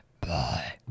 Bye